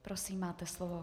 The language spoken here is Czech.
Prosím, máte slovo.